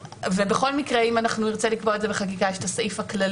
בכל מקרה אם נרצה לקבוע את זה בחקיקה יש הסעיף הכללי.